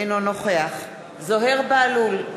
אינו נוכח זוהיר בהלול,